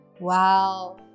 Wow